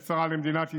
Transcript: עת צרה למדינת ישראל,